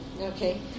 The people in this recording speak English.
Okay